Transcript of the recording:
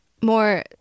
more